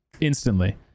instantly